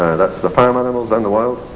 that's the farm animals um the wilds